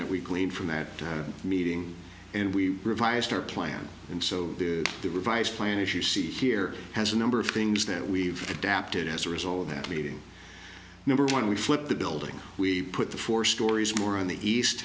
that we gleaned from that meeting and we revised our plan and so the revised plan as you see here has a number of things that we've adapted as a result of that meeting number one we flipped the building we put the four stories more on the east